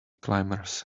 climbers